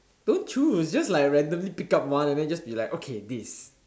don't choose just like randomly pick up one and then just be like okay this